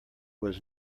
was